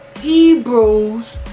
Hebrews